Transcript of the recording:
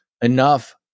enough